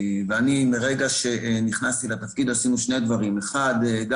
מרגע שנכנסתי לתפקיד עשינו שני דברים: ראשית,